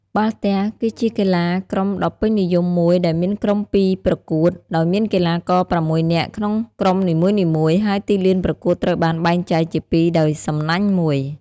បាល់ទះគឺជាកីឡាក្រុមដ៏ពេញនិយមមួយដែលមានក្រុមពីរប្រកួតគ្នាដោយមានកីឡាករប្រាំមួយនាក់ក្នុងក្រុមនីមួយៗ ហើយទីលានប្រកួតត្រូវបានបែងចែកជាពីរដោយសំណាញ់មួយ។